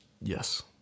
Yes